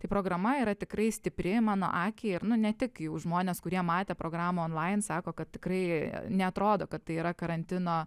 tai programa yra tikrai stipri mano akiai ir nu ne tik jau žmonės kurie matė programą onlain sako kad tikrai neatrodo kad tai yra karantino